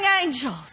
angels